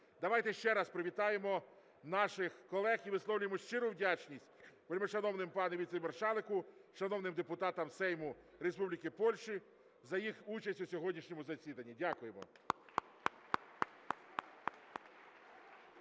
Давайте ще раз підтримаємо наших колег і висловимо щиру вдячність вельмишановному пану Віце-маршалку, шановним депутатам Сейму Республіки Польща за їх участь у сьогоднішньому засіданні.